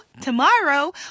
tomorrow